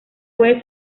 puede